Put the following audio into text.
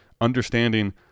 Understanding